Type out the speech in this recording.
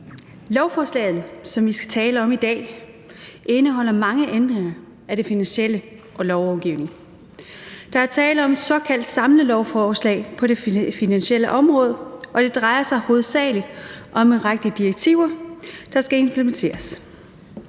Lovforslaget, som vi skal tale om i dag, indeholder mange ændringer af den finansielle lovgivning. Der er tale om et såkaldt samlelovforslag på det finansielle område, og det drejer sig hovedsagelig om en række direktiver, der skal implementeres.